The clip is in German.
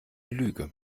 lüge